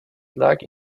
lag